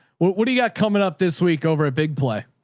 what what do you got coming up this week? over a big play.